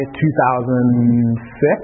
2006